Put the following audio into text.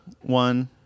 one